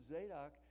Zadok